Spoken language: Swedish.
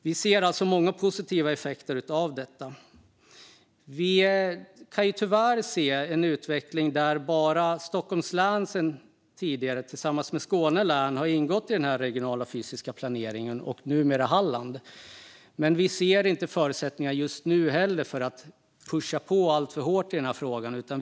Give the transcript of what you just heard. Vi ser alltså många positiva effekter av detta. Vi har tyvärr sett en utveckling där bara Stockholms län sedan tidigare tillsammans med Skåne län har ingått i den regionala fysiska planeringen, och numera även Halland. Men vi ser inga förutsättningar just nu för att pusha på alltför hårt i den här frågan.